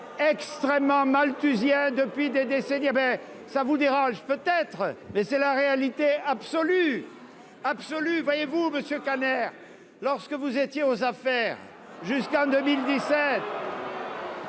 extrêmement malthusien depuis des décennies ! Cela vous dérange peut-être, mais c'est la vérité absolue : absolue ! Voyez-vous, monsieur Kanner, vous étiez aux affaires jusqu'en 2017